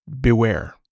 beware